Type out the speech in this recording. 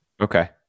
Okay